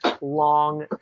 long